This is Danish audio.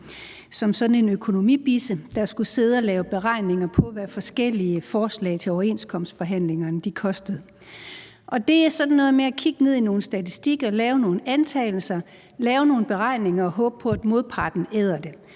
som sådan en økonomibisse, der skulle sidde at lave beregninger på, hvad forskellige forslag til overenskomstforhandlingerne kostede. Det er sådan noget med at kigge ned i nogle statistikker, lave nogle antagelser, lave nogle beregninger og håbe på, at modparten æder det.